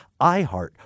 iHeart